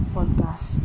Podcast